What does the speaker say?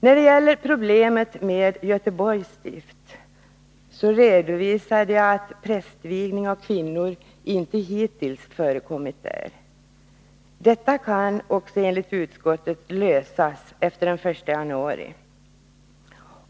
När det gäller problemet med Göteborgs stift redovisade jag tidigare att prästvigning av kvinnor inte hittills förekommit där. Detta kan också enligt utskottet lösas efter den 1 januari.